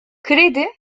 kredi